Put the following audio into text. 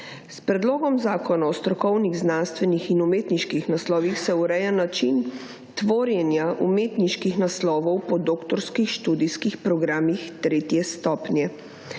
S predlogom zakona o strokovnih znanstvenih in umetniških naslovih se ureja način tvorjenja umetniških naslovov po doktorskih študijskih programih tretje stopnje.